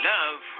Love